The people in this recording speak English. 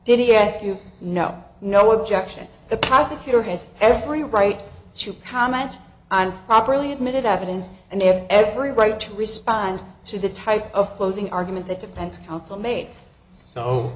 did he ask you no no objection the prosecutor has every right to comment on properly admitted evidence and they have every right to respond to the type of closing argument the defense counsel made so